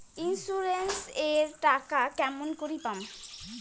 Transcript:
Insurance এর টাকা কেমন করি পাম?